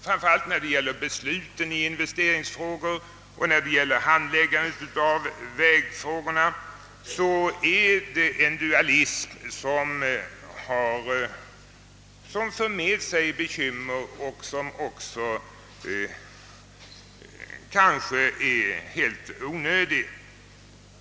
Framför allt vad beträffar besluten i investeringsfrågor och handläggandet av vägfrågorna är det nu en dualism som för med sig bekymmer och som också är alldeles onödig.